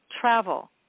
travel